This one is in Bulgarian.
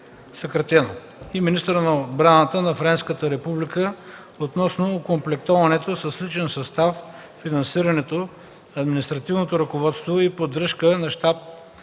(SHAPE) и министъра на отбраната на Френската република относно окомплектоването с личен състав, финансирането, административното ръководство и поддръжката на щаб